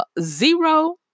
zero